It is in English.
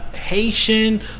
Haitian